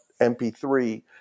MP3